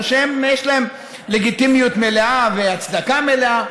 שיש להם לגיטימיות מלאה והצדקה מלאה,